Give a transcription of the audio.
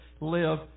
live